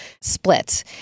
split